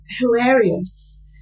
hilarious